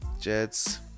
Jets